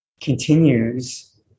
continues